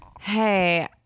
Hey